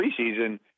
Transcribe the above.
preseason